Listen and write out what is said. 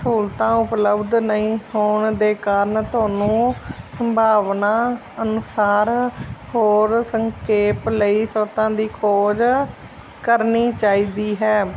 ਸਹੂਲਤਾਂ ਉਪਲਬਧ ਹੋਰ ਨਹੀਂ ਹੋਣ ਦੇ ਕਾਰਨ ਤੁਹਾਨੂੰ ਸੰਭਾਵਨਾ ਅਨੁਸਾਰ ਹੋਰ ਸੰਖੇਪ ਲਈ ਸਵਤਾਂ ਦੀ ਖੋਜ ਕਰਨੀ ਚਾਹੀਦੀ ਹੈ